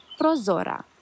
prozora